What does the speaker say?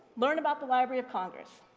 learn about the library of congress.